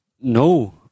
no